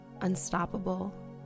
unstoppable